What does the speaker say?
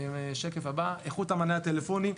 איכות המענה הטלפוני.